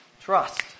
Trust